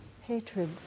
hatred